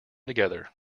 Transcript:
together